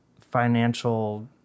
financial